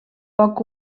poc